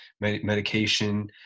medication